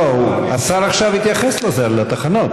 לא, השר עכשיו התייחס לזה, לתחנות.